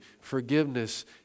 Forgiveness